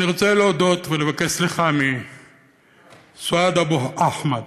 אני רוצה להודות ולבקש סליחה מסוהאד אבו אחמד,